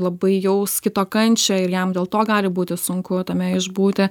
labai jaus kito kančią ir jam dėl to gali būti sunku tame išbūti